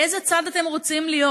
באיזה צד אתם רוצים להיות?